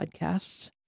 podcasts